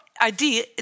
idea